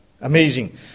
Amazing